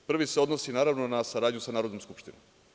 Prvi se odnosi naravno na saradnju sa Narodnom skupštinom.